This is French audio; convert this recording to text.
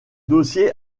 dossier